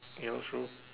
yellow shoe